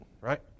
Right